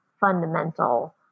fundamental